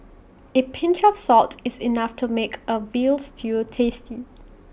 A pinch of salt is enough to make A Veal Stew tasty